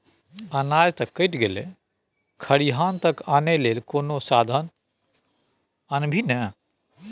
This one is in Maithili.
अनाज त कटि गेलै खरिहान तक आनय लेल कोनो साधन आनभी ने